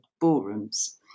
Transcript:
ballrooms